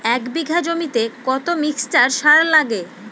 এক বিঘা জমিতে কতটা মিক্সচার সার লাগে?